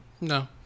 no